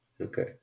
okay